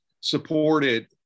supported